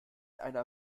einer